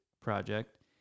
project